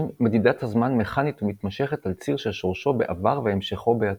מדידת הזמן מכנית ומתמשכת על ציר ששורשו בעבר והמשכו בעתיד.